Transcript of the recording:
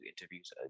interviews